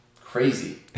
crazy